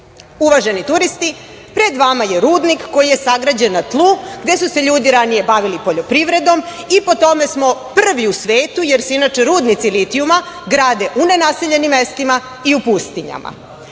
„Uvaženi turisti pred vama je rudnik koji je sagrađen na tlu gde su se ljudi ranije bavili poljoprivredom i po tome smo prvi u svetu, jer se inače rudnici litijuma grade u nenaseljenim mestima i u pustinjama.